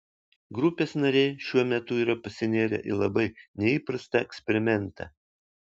grupės nariai šiuo metu yra pasinėrę į labai neįprastą eksperimentą